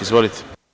Izvolite.